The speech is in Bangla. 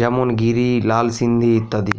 যেমন গিরি, লাল সিন্ধি ইত্যাদি